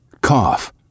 cough